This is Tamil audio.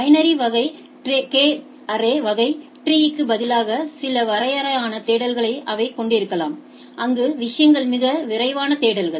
பைனரி கே ஆரி வகை மரத்திற்குப் பதிலாக சில விரைவான தேடல்களை அவை கொண்டிருக்கலாம் அங்கு விஷயங்கள் மிக விரைவான தேடல்கள்